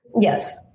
yes